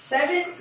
Seven